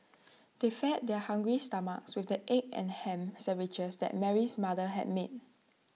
they fed their hungry stomachs with the egg and Ham Sandwiches that Mary's mother had made